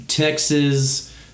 Texas